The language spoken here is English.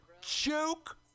Joke